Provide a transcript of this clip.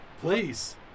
Please